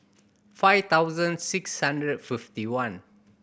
five thousand six hundred fifty one